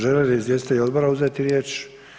Želi li izvjestitelji odbora uzeti riječ?